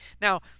Now